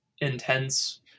intense